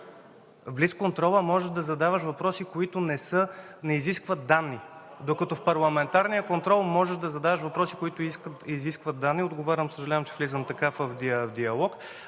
В блицконтрола може да задаваш въпроси, които не изискват данни, докато в парламентарния контрол можеш да задаваш въпроси, които изискват данни. Отговарям, съжалявам, че влизам така в диалог,